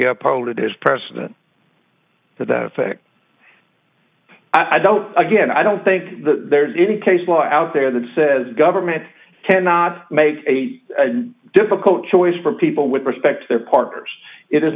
have polled it is precedent to that effect i don't again i don't think there's any case law out there that says government cannot make a difficult choice for people with respect to their partners it is